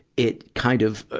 it kind of,